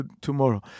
tomorrow